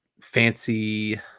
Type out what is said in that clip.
fancy